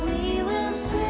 us